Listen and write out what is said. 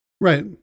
Right